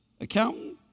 accountant